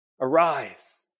Arise